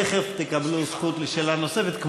תכף תקבלו זכות לשאלה נוספת,